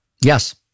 Yes